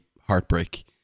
heartbreak